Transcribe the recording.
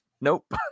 nope